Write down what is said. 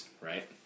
right